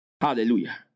Hallelujah